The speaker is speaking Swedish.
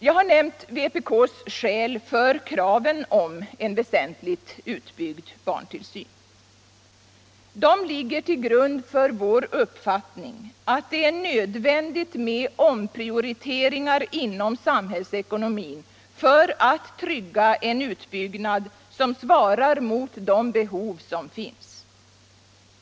Jag har nämnt vpk:s skäl för kraven på en väsentlig utbyggd barnullsyn. De ligger till grund för vår uppfattning att det är nödvändigt med omprioriteringar inom samhällsekonomin för att trygga en utbyggnad som svarar mot de behov som finns.